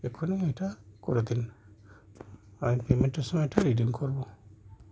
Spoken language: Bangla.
এখানে এটা করে দিন আমি পেমেন্টের সময় এটা রিডিম করবো